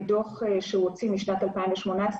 בדוח שהוא הוציא משנת 2018,